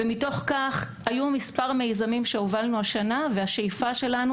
מתוך כך היו מספר מיזמים שהובלנו השנה והשאיפה שלנו